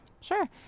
Sure